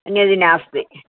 अन्यत् नास्ति